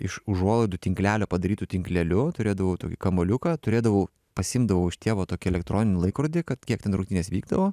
iš užuolaidų tinklelio padarytu tinkleliu turėdavau tokį kamuoliuką turėdavau pasiimdavau iš tėvo tokį elektroninį laikrodį kad kiek ten rungtynės vykdavo